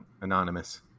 Anonymous